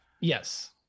Yes